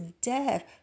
Death